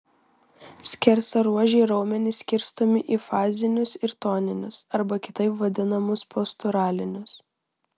skersaruožiai raumenys skirstomi į fazinius ir toninius arba kitaip vadinamus posturalinius